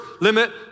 limit